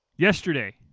Yesterday